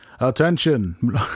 Attention